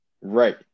right